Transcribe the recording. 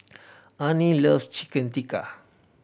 Arnie loves Chicken Tikka